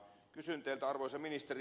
kysyn teiltä arvoisa ministeri